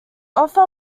offer